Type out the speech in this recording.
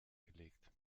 gelegt